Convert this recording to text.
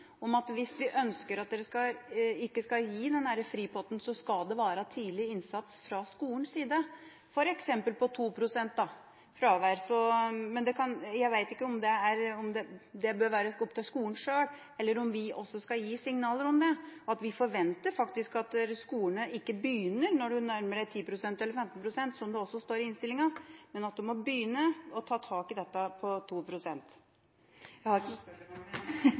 om. Hvis vi ønsker at de ikke skal gi den fripotten, så skal det være tidlig innsats fra skolens side, f. eks. på 2 pst. fravær, men jeg vet ikke om det bør være opp til skolene sjøl, eller om vi skal gi signaler om at vi faktisk forventer at skolene begynner å ta tak i dette før fraværet nærmer seg 10 pst. eller 15 pst. – som det også står i innstillinga – men at de må begynne å ta tak i dette på 2 pst. Dette var ikke noe spørsmål, men en oppfølging. Det